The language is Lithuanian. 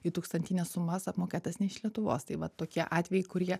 į tūkstantines sumas apmokėtas ne iš lietuvos tai vat tokie atvejai kurie